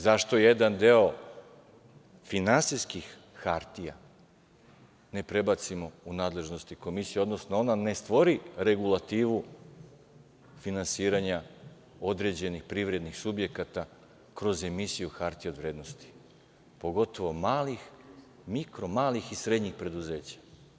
Zašto jedan deo finansijskih hartija ne prebacimo u nadležnost Komisije, odnosno ona ne stvori regulativu finansiranja određenih privrednih subjekata kroz emisiju hartija od vrednosti, pogotovo malih, mikro malih i srednjih preduzeća?